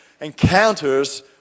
encounters